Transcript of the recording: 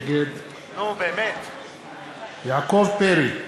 נגד יעקב פרי,